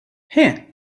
here